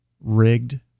rigged